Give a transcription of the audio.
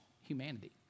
humanity